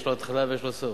יש לו התחלה ויש לו סוף.